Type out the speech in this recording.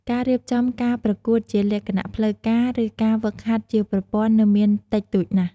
ការរៀបចំការប្រកួតជាលក្ខណៈផ្លូវការ ឬការហ្វឹកហាត់ជាប្រព័ន្ធនៅមានតិចតួចណាស់។